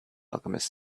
alchemist